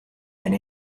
and